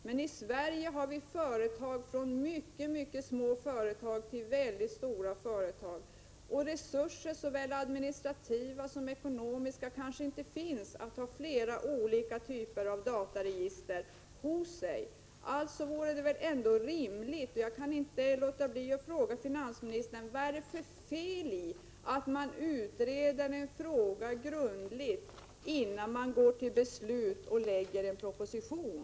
Men i Sverige har vi många olika slags företag, från mycket små företag till väldigt stora. Resurser, såväl administrativa som ekonomiska, kanske inte finns för att ha flera olika typer av dataregister på företaget. Jag kan inte underlåta att fråga finansministern: Vore det inte rimligt att utreda en fråga grundligt, innan man går till beslut och lägger fram en proposition?